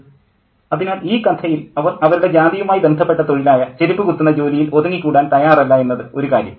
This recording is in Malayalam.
പ്രൊഫസ്സർ അതിനാൽ ഈ കഥയിൽ അവർ അവരുടെ ജാതിയുമായി ബന്ധപ്പെട്ട തൊഴിലായ ചെരുപ്പ് കുത്തുന്ന ജോലിയിൽ ഒതുങ്ങിക്കൂടാൻ തയ്യാറല്ല എന്നത് ഒരു കാര്യം